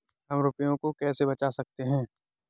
हम रुपये को कैसे बचा सकते हैं?